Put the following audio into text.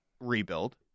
rebuild